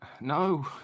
No